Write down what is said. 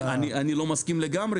אני לא מסכים לגמרי.